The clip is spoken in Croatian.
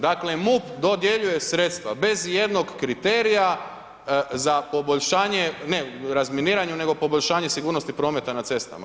Dakle, MUP dodjeljuje sredstva bez ijednog kriterija za poboljšanje, ne o razminiranju, nego poboljšanje sigurnosti prometa na cestama.